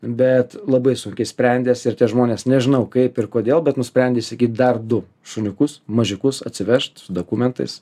bet labai sunkiai sprendėsi ir tie žmonės nežinau kaip ir kodėl bet nusprendė įsigyt dar du šuniukus mažiukus atsivežt su dokumentais